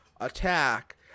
attack